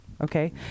okay